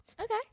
okay